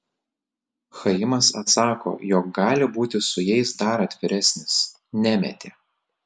chaimas atsako jog gali būti su jais dar atviresnis nemetė